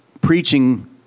preaching